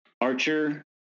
Archer